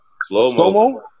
Slow-mo